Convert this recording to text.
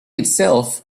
itself